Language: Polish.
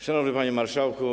Szanowny Panie Marszałku!